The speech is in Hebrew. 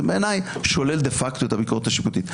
בעיניי זה שולל דה פקטו את הביקורת השיפוטית.